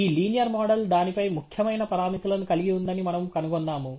ఈ linear model దానిపై ముఖ్యమైన పరామితులను కలిగి ఉందని మనము కనుగొన్నాము